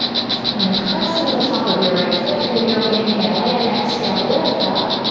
then press into the top of your right foot. here we go. inhale in. exhale, lift up.